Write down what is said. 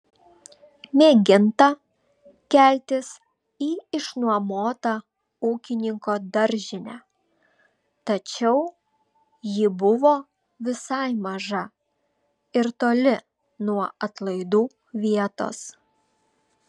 mėginta keltis į išnuomotą ūkininko daržinę tačiau ji buvo visai maža ir toli nuo atlaidų vietos